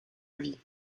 levis